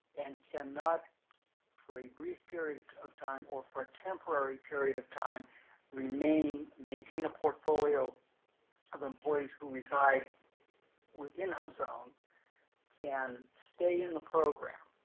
and cannot for a brief period of time or for a temporary period of time remain maintain a portfolio of employees who reside within hubzone and stay in the program.